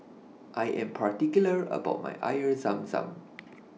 I Am particular about My Air Zam Zam